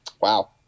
Wow